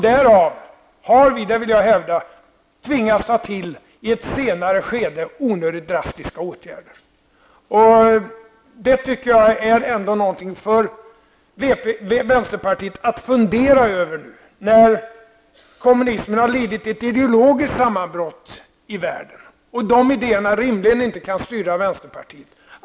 Därav har vi, det vill jag hävda, i ett senare skede tvingats ta till onödigt drastiska åtgärder. Jag tycker ändå att detta är något för vänsterpartiet att fundera över. Kommunismen har nu lidit ett ideologiskt sammanbrott i världen, och de idéerna kan rimligen inte styra vänsterpartiet.